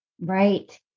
Right